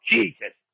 Jesus